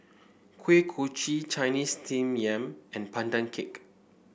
Kuih Kochi Chinese Steamed Yam and Pandan Cake